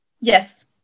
Yes